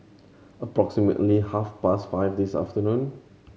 approximately half past five this afternoon